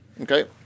okay